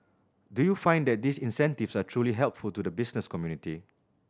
do you find that these incentives are truly helpful to the business community